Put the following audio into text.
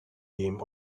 game